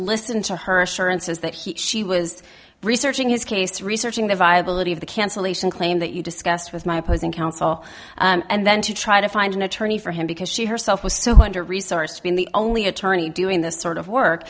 listen to her assurances that he she was researching his case researching the viability of the cancellation claim that you discussed with my opposing counsel and then to try to find an attorney for him because she herself was two hundred resource being the only attorney doing this sort of work